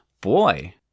Boy